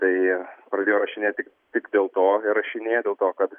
tai pradėjo rašinėt tik tik dėl to ir rašinėja dėl to kad